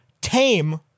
tame